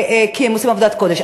כי הם עושים עבודת קודש.